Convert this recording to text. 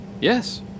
Yes